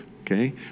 okay